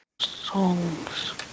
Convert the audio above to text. songs